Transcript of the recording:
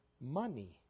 money